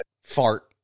fart